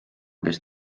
kes